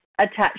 attached